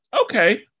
Okay